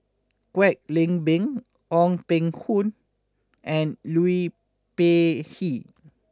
Kwek Leng Beng Ong Peng Hock and Liu Peihe